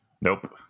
Nope